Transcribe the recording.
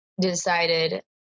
decided